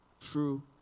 true